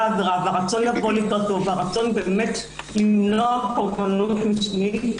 עבירה והרצון לבוא לקראתו והרצון למנוע פוגענות משנית,